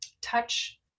touch